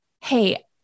Hey